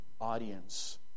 audience